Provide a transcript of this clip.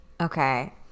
okay